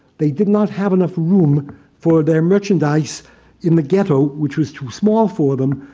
they did not have enough room for their merchandise in the ghetto, which was too small for them,